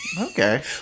Okay